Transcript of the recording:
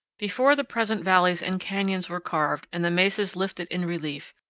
before the present valleys and canyons were carved and the mesas lifted in relief,